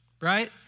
Right